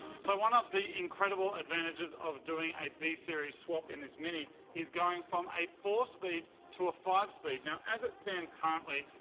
so one of the incredible advantages of doing a b-series swap in this mini is going from a four speed to a five speed. now as it stands currently,